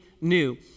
new